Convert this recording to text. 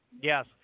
Yes